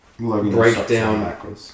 Breakdown